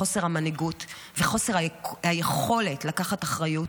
מחוסר המנהיגות וחוסר היכולת לקחת אחריות.